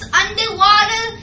underwater